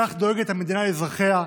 כך דואגת המדינה לאזרחיה.